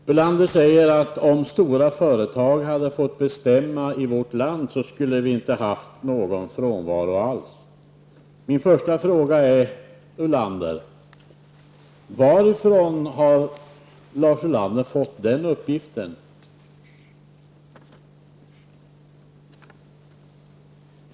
Fru talman! Lars Ulander säger att om stora företag hade fått bestämma i vårt land hade vi inte haft någon frånvaro alls. Min första fråga är: Varifrån har Lars Ulander fått den uppgiften?